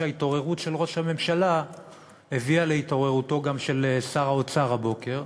שההתעוררות של ראש הממשלה הביאה גם להתעוררותו של שר האוצר הבוקר,